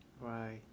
Right